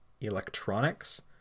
Electronics